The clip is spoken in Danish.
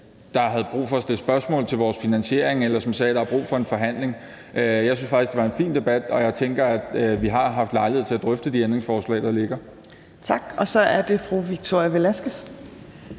der havde brug for at stille spørgsmål til vores finansiering, eller som sagde, at der var brug for en forhandling. Jeg synes faktisk, det var en fin debat, og jeg tænker, at vi har haft lejlighed til at drøfte de ændringsforslag, der ligger. Kl. 10:18 Fjerde næstformand (Trine